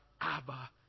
Abba